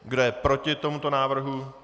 Kdo je proti tomuto návrhu?